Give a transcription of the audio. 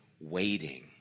waiting